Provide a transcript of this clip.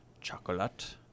chocolate